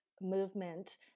movement